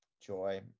joy